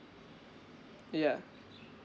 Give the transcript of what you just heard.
ya